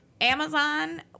amazon